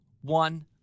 one